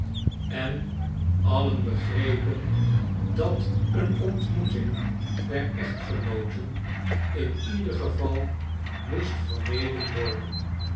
en allen begrepen dat een ontmoeting der echtgenooten in ieder geval moest vermeden worden